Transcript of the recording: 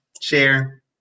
share